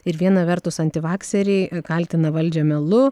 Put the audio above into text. ir viena vertus antivakseriai kaltina valdžią melu